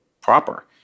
proper